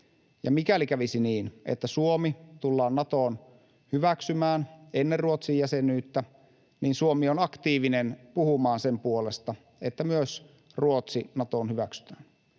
Mikäli kävisi niin, että Suomi tullaan Natoon hyväksymään ennen Ruotsin jäsenyyttä, Suomi on aktiivinen puhumaan sen puolesta, että myös Ruotsi Natoon hyväksytään.